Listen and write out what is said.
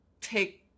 take